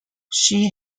she